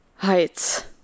Heights